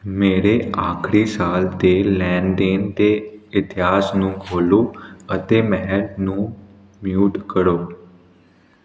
ਮੇਰੇ ਆਖਰੀ ਸਾਲ ਦੇ ਲੈਣ ਦੇਣ ਦੇ ਇਤਿਹਾਸ ਨੂੰ ਖੋਲੋ ਅਤੇ ਮੇਹਰ ਨੂੰ ਮਿਊਟ ਕਰੋ